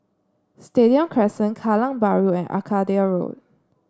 Stadium Crescent Kallang Bahru and Arcadia Road